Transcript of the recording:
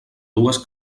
dues